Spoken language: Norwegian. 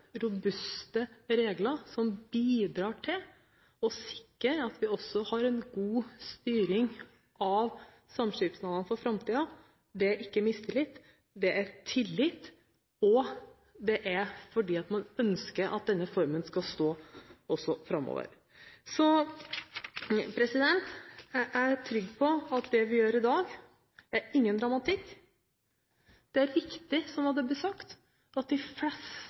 robuste regler som bidrar til å sikre at vi har god styring av samskipnadene for framtiden, er ikke mistillit. Det er tillit. Det er fordi man ønsker at denne formen skal stå også framover. Så jeg er trygg på at det vi gjør i dag, ikke innebærer dramatikk. Det er viktig, som det blir sagt, at de